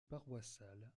paroissial